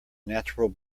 natural